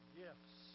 gifts